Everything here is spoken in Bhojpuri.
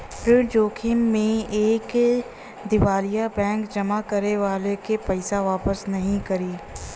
ऋण जोखिम में एक दिवालिया बैंक जमा करे वाले के पइसा वापस नाहीं करी